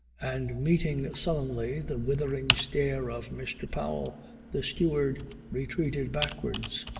and meeting sullenly the withering stare of mr. powell the steward retreated backwards.